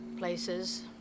Places